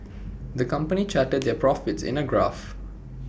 the company charted their profits in A graph